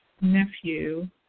nephew